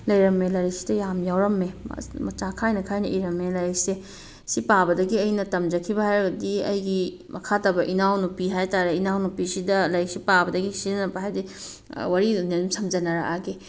ꯂꯩꯔꯝꯃꯦ ꯂꯥꯏꯔꯤꯛꯁꯤꯗ ꯌꯥꯝ ꯌꯥꯎꯔꯝꯃꯦ ꯃꯆꯥ ꯈꯥꯏꯅ ꯈꯥꯏꯅ ꯏꯔꯝꯃꯦ ꯂꯥꯏꯔꯤꯛꯁꯦ ꯁꯤ ꯄꯥꯕꯗꯒꯤ ꯑꯩꯅ ꯇꯝꯖꯈꯤꯕ ꯍꯥꯏꯔꯒꯗꯤ ꯑꯩꯒꯤ ꯃꯈꯥ ꯇꯥꯕ ꯏꯅꯥꯎ ꯅꯨꯄꯤ ꯍꯥꯏꯇꯥꯔꯦ ꯏꯅꯥꯎ ꯅꯨꯄꯤꯁꯤꯗ ꯂꯥꯏꯔꯤꯛꯁꯦ ꯄꯥꯕꯗꯒꯤ ꯁꯤꯖꯤꯟꯅꯔꯛꯄ ꯍꯥꯏꯕꯗꯤ ꯋꯥꯔꯤ ꯑꯣꯏꯅ ꯑꯗꯨꯝ ꯁꯝꯖꯤꯟꯅꯔꯛꯑꯒꯦ